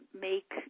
make